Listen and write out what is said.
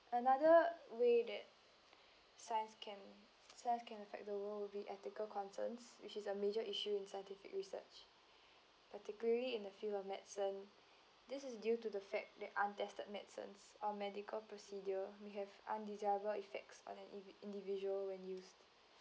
another way that science can science can affect the world would be ethical concerns which is a major issue in scientific research particularly in the field of medicine this is due to the fact that untested medicines or medical procedure may have undesirable effects on an individual when used